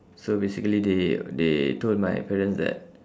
so basically they they told my parents that